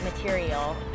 material